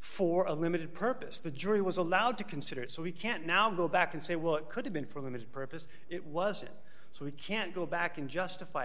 for a limited purpose the jury was allowed to consider it so we can't now go back and say well it could have been for a limited purpose it wasn't so we can't go back and justif